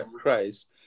Christ